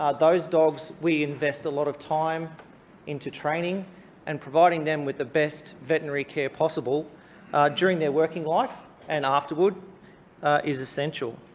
um those dogs we invest a lot of time into training and providing them with the best veterinary care possible during their working life and afterward is essential.